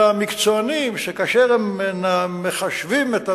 המקצוענים שכאשר הם מחשבים את הנוסחאות,